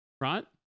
right